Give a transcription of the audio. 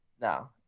no